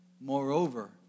Moreover